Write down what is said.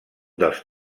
dels